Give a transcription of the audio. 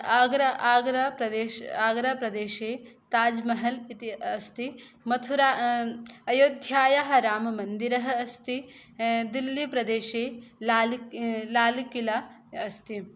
आगरा आगराप्रदेश आगराप्रदेशे ताज्महल् इति अस्ति मथुरा अयोध्यायाः राममन्दिरम् अस्ति दिल्लीप्रदेशे लाल लालकिला अस्ति